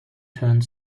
turned